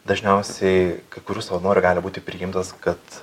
dažniausiai kai kurių savanorių gali būti priimtas kad